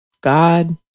God